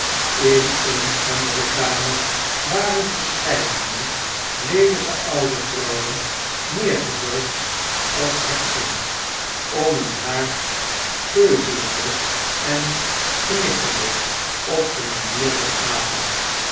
in een andere kamer waren verscheidene leelijke oude vrouwen neergehurkt als heksen om een haard keuvelende en knikkende op de manier der apen